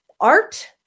art